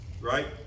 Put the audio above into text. right